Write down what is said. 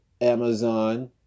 Amazon